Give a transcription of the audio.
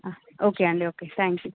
okay అండీ okay thank you